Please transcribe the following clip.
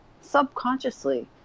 subconsciously